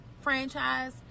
franchise